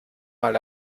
mal